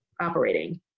operating